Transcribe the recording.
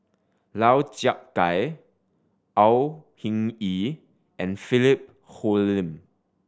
Lau Chiap Khai Au Hing Yee and Philip Hoalim